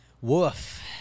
Woof